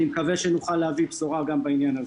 אני מקווה שנוכל להביא בשורה גם בעניין הזה.